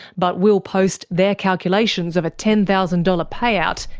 but we'll post their calculations of a ten thousand dollars payout,